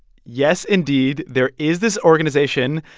yes, indeed, there is this organization.